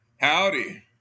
Howdy